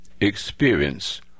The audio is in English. experience